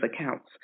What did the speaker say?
accounts